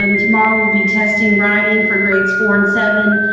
um tomorrow, we'll be testing writing for grades four and seven,